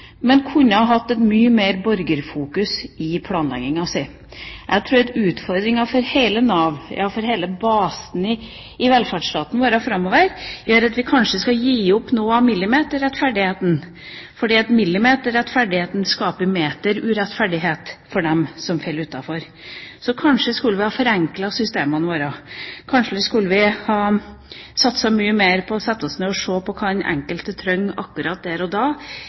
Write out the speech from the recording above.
kunne hatt et mye større borgerfokus i planleggingen sin. Jeg tror at utfordringen for hele Nav, ja for hele basen i velferdsstaten vår framover, er at vi kanskje skal gi opp noe av millimeterrettferdigheten, for millimeterrettferdigheten skaper meterurettferdighet for dem som faller utenfor. Så kanskje skulle vi ha forenklet systemene våre. Kanskje skulle vi ha satset mye mer på å sette oss ned og se hva den enkelte trenger akkurat der og da,